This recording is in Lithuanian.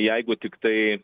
jeigu tiktai